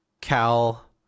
Cal